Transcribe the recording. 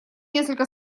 несколько